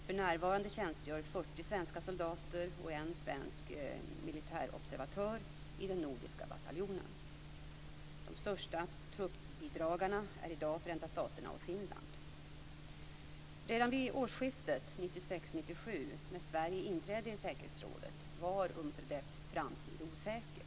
För närvarande tjänstgör 40 svenska soldater och en svensk militärobservatör i den nordiska bataljonen. De största truppbidragarna är i dag Förenta staterna och Finland. Redan vid årsskiftet 1996/97, när Sverige inträdde i säkerhetsrådet, var Unpredeps framtid osäker.